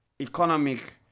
economic